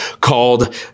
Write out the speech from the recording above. called